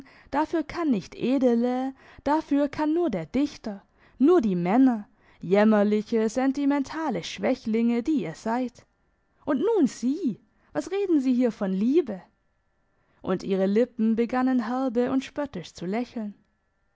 dafür kann nicht edele dafür kann nur der dichter nur die männer jämmerliche sentimentale schwächlinge die ihr seid und nun sie was reden sie hier von liebe und ihre lippen begannen herbe und spöttisch zu lächeln